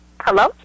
Hello